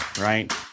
right